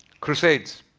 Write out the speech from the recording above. crusades.